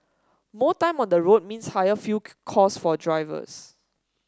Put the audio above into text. more time on the road means higher fuel cost for drivers